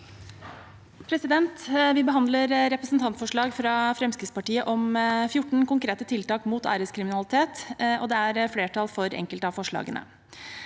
sa- ken): Vi behandler et representantforslag fra Fremskrittspartiet om 14 konkrete tiltak mot æreskriminalitet, og det er flertall for enkelte av forslagene.